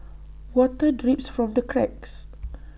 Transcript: water drips from the cracks